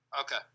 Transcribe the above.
Okay